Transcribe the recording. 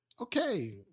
Okay